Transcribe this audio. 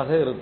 ஆக இருக்கும்